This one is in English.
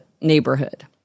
neighborhood